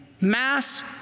mass